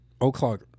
o'clock